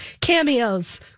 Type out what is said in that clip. cameos